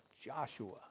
Joshua